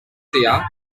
sea